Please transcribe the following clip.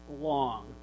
long